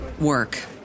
work